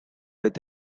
with